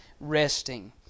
resting